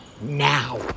now